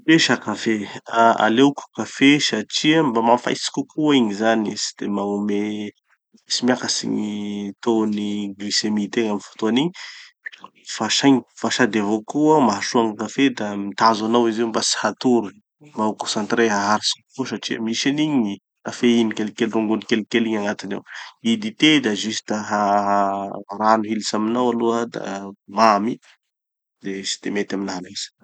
Dite sa kafe. Aleoko kafe satria mba mafaitsy kokoa igny zany. Tsy de magnome, tsy miakatsy gny taux-n'ny glucemie-tegna amy fotoan'igny. Fa saingy, fa sady avao koa, mahasoa gny kafe da mitazo anao izy mba tsy hatory, mba ho concentré haharitsy kokoa satria misy anigny cafeine kelikely rongony kelikely igny agnatiny ao. Gny Dite da juste ha- ha- rano militsy aminao aloha da mamy, de tsy de mety aminaha loatsy.